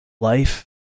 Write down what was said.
Life